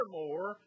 more